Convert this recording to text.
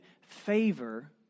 favor